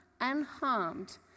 unharmed